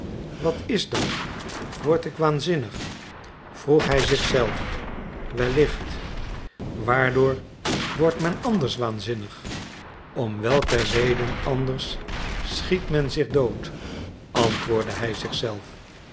wat is dat word ik waanzinnig vroeg hij zich zelf wellicht waardoor wordt men anders waanzinnig om welke reden anders schiet men zich dood antwoordde hij